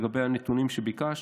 לגבי הנתונים שביקשת,